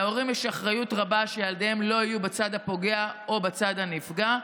להורים יש אחריות רבה שילדיהם לא היו בצד הפוגע או בצד הנפגע"